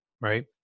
right